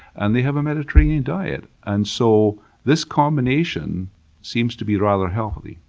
and they have a mediterranean diet. and so this combination seems to be rather healthy.